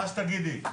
מה שתגידי.